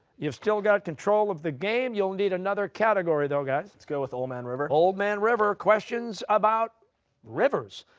you've still got control of the game, you'll need another category though, guys. let's go with ol' man river. costa ol' man river questions about rivers.